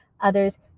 others